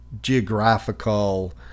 geographical